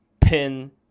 pin